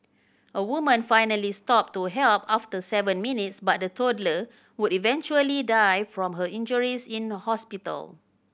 a woman finally stopped to help after seven minutes but the toddler would eventually die from her injuries in hospital